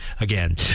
again